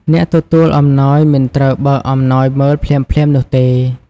អ្នកទទួលអំណោយមិនត្រូវបើកអំណោយមើលភ្លាមៗនោះទេ។